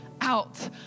out